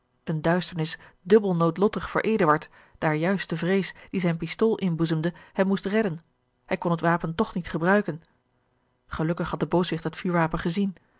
eene duisternis dubbel noodlottig voor eduard daar juist de vrees die zijne pistool inboezemde hem moest redden hij kon het wapen toch niet gebruiken gelukkig had de booswicht het vuurwapen gezien